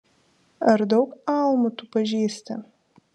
ar daug almų tu pažįsti